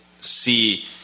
see